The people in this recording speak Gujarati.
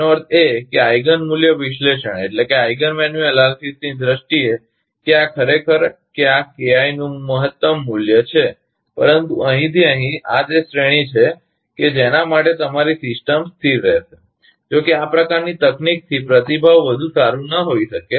તેનો અર્થ એ કે આઈગન મૂલ્ય વિશ્લેષણની દ્રષ્ટિએ કે આ ખરેખર કે આ KI નું મહત્તમ મૂલ્ય છે પરંતુ અહીંથી અહીં આ તે શ્રેણી છે કે જેના માટે તમારી સિસ્ટમ સ્થિર રહેશે જો કે આ પ્રકારની તકનીકથી પ્રતિભાવ વધુ સારું ન હોઈ શકે